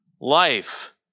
life